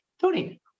Tony